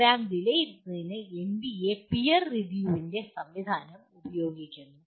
programme വിലയിരുത്തുന്നതിന് NBA peer റിവ്യൂവിന്റെ സംവിധാനം ഉപയോഗിക്കുന്നു